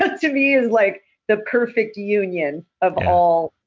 ah to me is like the perfect union of all,